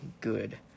good